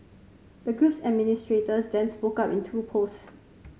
the group's administrators then spoke up in two posts